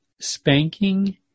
Spanking